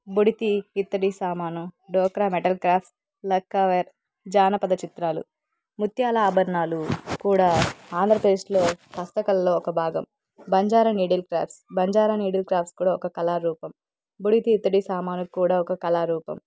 బుడితి ఇత్తడి సామాను Dokra metal crafts lacquerware జానపద చిత్రాలు ముత్యాల ఆభరణాలు కూడా ఆంధ్రప్రదేశ్లో హస్తకళ్ళలో ఒక భాగం Banjara needle crafts Banjara needle crafts కూడా ఒక కళారూపం బుడితి ఇత్తడి సామాను కూడా ఒక కళారూపం